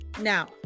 Now